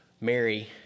Mary